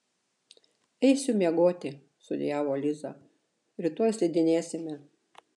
eisiu miegoti sudejavo liza rytoj slidinėsime